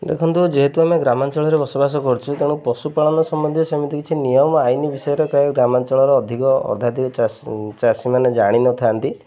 ଦେଖନ୍ତୁ ଯେହେତୁ ଆମେ ଗ୍ରାମାଞ୍ଚଳରେ ବସବାସ କରୁଛୁ ତେଣୁ ପଶୁପାଳନ ସମ୍ବନ୍ଧୀୟ ସେମିତି କିଛି ନିୟମ ଆଇନି ବିଷୟରେ ଗ୍ରାମାଞ୍ଚଳର ଅଧିକ ଅଧାଧିକ ଚାଷୀ ଚାଷୀମାନେ ଜାଣିନଥାନ୍ତି